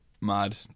mad